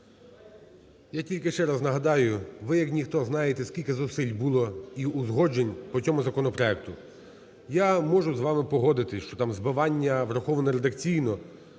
Я тільки ще раз нагадаю. Ви як ніхто знаєте, скільки зусиль було і узгоджень по цьому законопроекту. Я можу з вами погодитися, що там збивання "враховано редакційно"